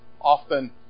often